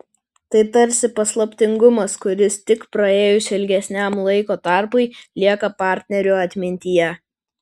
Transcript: tai tarsi paslaptingumas kuris tik praėjus ilgesniam laiko tarpui lieka partnerių atmintyje